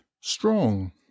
strong